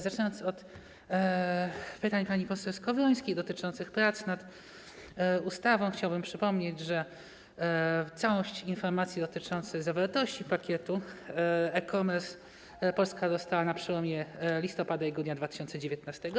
Zaczynając od pytań pani poseł Skowrońskiej dotyczących prac nad ustawą, chciałbym przypomnieć, że wszystkie informacje dotyczące zawartości pakietu e-commerce Polska dostała na przełomie listopada i grudnia 2019.